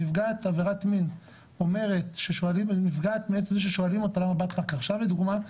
שנפגעת עבירת מין אומרת מעצם זה ששואלים אותה למה באת רק עכשיו לדוגמא,